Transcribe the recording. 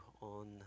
on